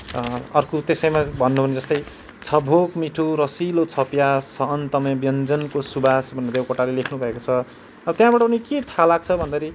अर्को त्यसैमा भन्नु हो भने जस्तै छ भोक मिठो रसिलो छ प्यास छ अन्तमै व्यञ्जनको सुवास भनेर देवकोटाले लेख्नुभएको छ र त्यहाँबाट पनि के थाहा लाग्छ भन्दाखेरि